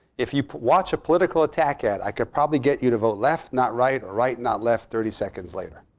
if you watch a political attack ad, i could probably get you to vote left not right, or right not left thirty seconds later.